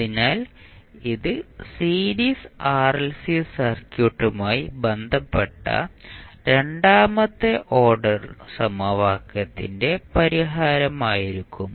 അതിനാൽ ഇത് series RLC സർക്യൂട്ടുമായി ബന്ധപ്പെട്ട രണ്ടാമത്തെ ഓർഡർ സമവാക്യത്തിന്റെ പരിഹാരമായിരിക്കും